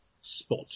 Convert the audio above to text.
spot